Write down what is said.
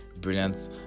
brilliant